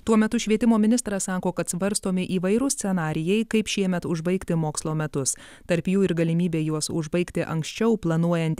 tuo metu švietimo ministras sako kad svarstomi įvairūs scenarijai kaip šiemet užbaigti mokslo metus tarp jų ir galimybė juos užbaigti anksčiau planuojant